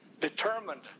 determined